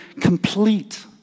complete